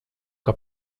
que